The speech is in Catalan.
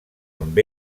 amb